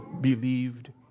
believed